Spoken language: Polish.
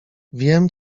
wiem